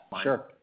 Sure